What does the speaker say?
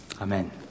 amen